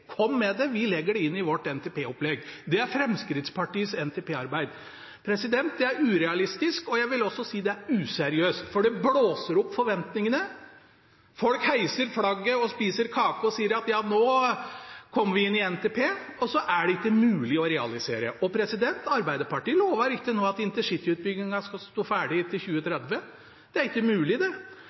kom med den – vi legger den inn i vårt NTP-opplegg. Det er Fremskrittspartiets NTP-arbeid. Det er urealistisk, og jeg vil også si det er useriøst, for det skrur opp forventningene – folk heiser flagget, spiser kake og sier at nå kommer en inn i NTP, og så er det ikke mulig å realisere. Arbeiderpartiet lover ikke at intercityutbyggingen skal stå ferdig til 2030. Det er ikke mulig,